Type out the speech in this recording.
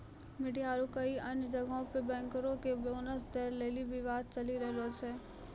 media आरु कई अन्य जगहो पे बैंकरो के बोनस दै लेली विवाद चलि रहलो छै